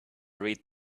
read